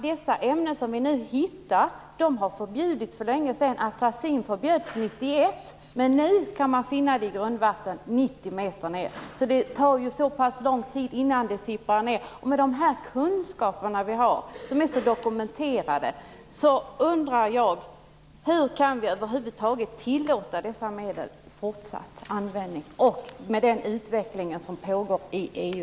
De ämnen som vi nu hittar är faktiskt sedan länge förbjudna att tas in i landet - de förbjöds 1991. Ändå kan man nu finna dem i grundvatten 90 meter ned i marken. Det tar lång tid innan vattnet sipprat ned. Med de kunskaper som finns och som är så väl dokumenterade undrar jag hur vi över huvud taget kan tillåta en fortsatt användning av dessa medel. Jag tänker också på den utveckling som pågår i EU.